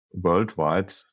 worldwide